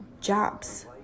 jobs